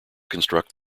construct